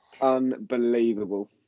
unbelievable